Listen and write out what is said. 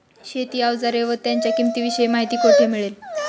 शेती औजारे व त्यांच्या किंमतीविषयी माहिती कोठे मिळेल?